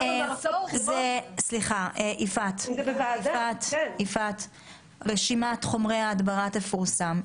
סליחה, יפעת, רשימת חומרי ההדברה תפורסם.